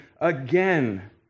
again